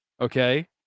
Okay